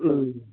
उम्